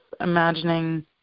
imagining